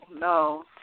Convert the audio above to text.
no